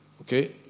Okay